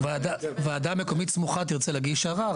וועדה מקומית סמוכה תרצה להגיש ערר,